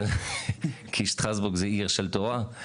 כי שטרסבורג זו עיר של תורה,